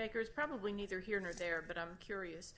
baker is probably neither here nor there but i'm curious